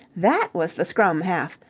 that was the scrum-half,